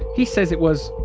he says it was,